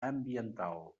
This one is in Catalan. ambiental